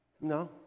No